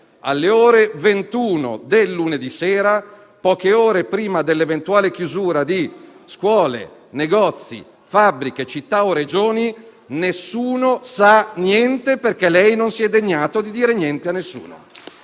alle ore 21 del lunedì sera, poche ore prima dell'eventuale chiusura di scuole, negozi, fabbriche, città o Regioni, nessuno sa niente, perché lei non si è degnato di dire niente a nessuno.